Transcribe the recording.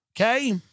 Okay